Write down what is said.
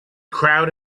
crowd